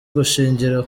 gushingira